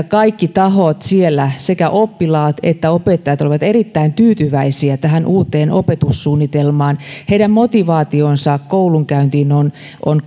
kaikki tahot siellä sekä oppilaat että opettajat ovat erittäin tyytyväisiä tähän uuteen opetussuunnitelmaan heidän motivaationsa koulunkäyntiin on on